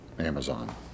Amazon